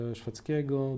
szwedzkiego